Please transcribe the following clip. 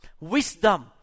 wisdom